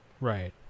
Right